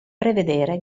prevedere